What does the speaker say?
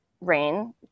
rain